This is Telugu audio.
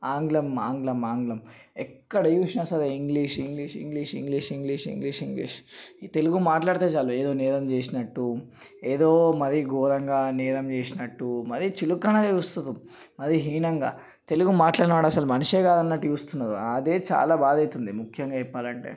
ఆంగ్లం ఆంగ్లం ఆంగ్లం ఎక్కడచూసినాసరే English English English English English English English ఈ తెలుగు మాట్లాడితేచాలు ఏదోనేరం చేసినట్టు ఏదో మరీగోరంగా నేరంచేసినట్టు మరీచులకనగా చూస్తుండ్రు మరీ హీనంగా తెలుగు మాట్లాడినవాడు అసలు మనిషే కాదున్నట్టు చూస్తున్రు అదేచాలా బాధైతుంది ముఖ్యంగా చెప్పాలంటే